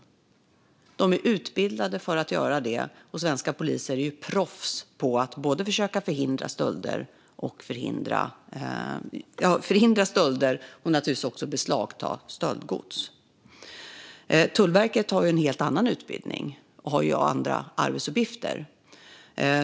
Svenska poliser är utbildade för att göra det och är proffs på att både förhindra stölder och beslagta stöldgods. De som jobbar på Tullverket har en helt annan utbildning och andra arbetsuppgifter.